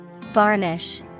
Varnish